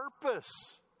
purpose